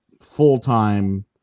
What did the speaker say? full-time